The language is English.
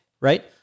Right